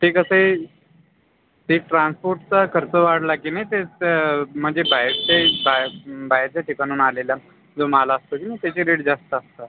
ते कसं आहे ते ट्रान्सपोर्टचा खर्च वाढला की ना त्याचं म्हणजे बाहेरचे बाहेर बाहेरच्या ठिकाणावरून आलेला जो माल असतो की नाही त्याचे रेट जास्त असतात